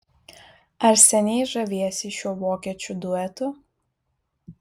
ar seniai žaviesi šiuo vokiečių duetu